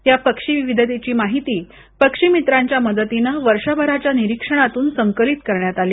या पक्षी विविधतेची माहिती पक्षीमित्रांच्या मदतीनं वर्षभराच्या निरीक्षणातून संकलित करण्यात आली